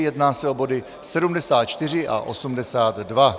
Jedná se o body 74 a 82.